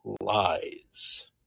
lies